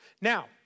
Now